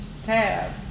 Tab